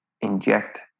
inject